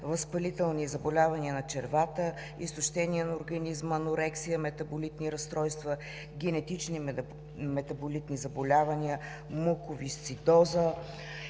възпалителни заболявания на червата, изтощения на организма, анорексия, метаболитни разстройства, генетични метаболитни заболявания, муковисцидоза,